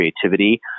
creativity